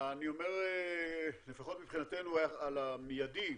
לפחות מבחינתנו על המיידי,